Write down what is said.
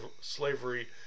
slavery